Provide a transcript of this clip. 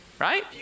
Right